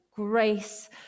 grace